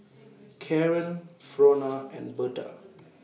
Kaaren Frona and Berta